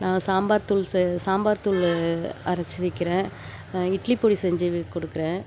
நான் சாம்பார் தூள் செ சாம்பார் தூள் அரைச்சி விற்கிறேன் இட்லிப்பொடி செஞ்சு கொடுக்குறேன்